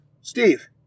Steve